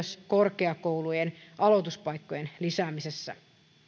korkeakoulujen aloituspaikkojen lisäämistä